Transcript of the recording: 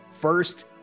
First